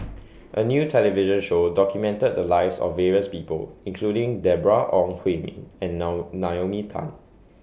A New television Show documented The Lives of various People including Deborah Ong Hui Min and Naomi Tan